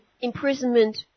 imprisonment